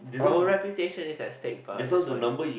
our reputation is at stake but it's fine uh